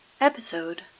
Episode